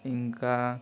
ఇంకా